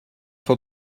for